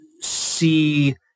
see